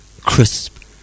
crisp